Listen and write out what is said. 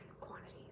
quantities